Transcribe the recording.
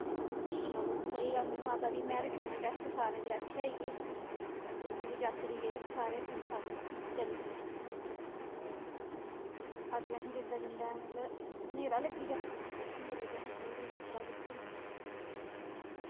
चलो कोई गल्ल नी माता दी मेह्र कन्नै टैस्ट सारे दे अच्छे आई गे जिन्ने बी जातरी गेदे हे सारे ठीक ठाक चली गे अग्गें असें जंदे जंदे मतलब न्हेरा लग्गी गेआ न्हेरे च असें पूरी जातरा कीती